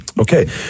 Okay